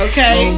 Okay